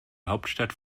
hauptstadt